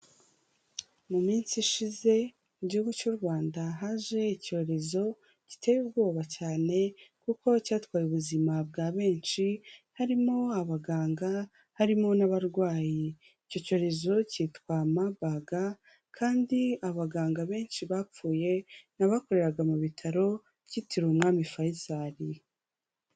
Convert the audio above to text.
Mu minsi ishize mu gihugu cy'u Rwanda haje icyorezo giteye ubwoba cyane kuko cyatwaye ubuzima bwa benshi harimo abaganga, harimo n'abarwayi, icyo cyorezo cyitwa Mabaga kandi abaganga benshi bapfuye ni abakoreraga mu bitaro byitiriwe umwami Fayisari.